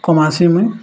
କମାସି ମୁଇଁ